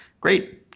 great